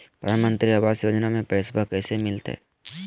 प्रधानमंत्री आवास योजना में पैसबा कैसे मिलते?